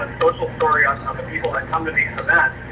social story on on the people that come to these events.